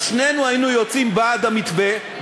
אז שנינו היינו יוצאים בעד המתווה,